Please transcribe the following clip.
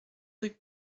rue